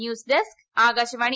news desk Akashvani